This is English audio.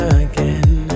again